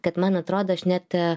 kad man atrodo aš net